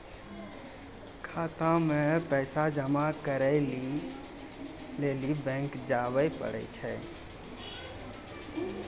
खाता मे पैसा जमा करै लेली बैंक जावै परै छै